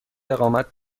اقامت